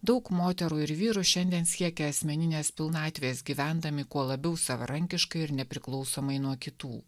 daug moterų ir vyrų šiandien siekia asmeninės pilnatvės gyvendami kuo labiau savarankiškai ir nepriklausomai nuo kitų